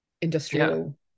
industrial